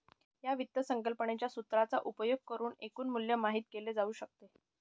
या वित्त संकल्पनेच्या सूत्राचा उपयोग करुन एकूण मूल्य माहित केले जाऊ शकते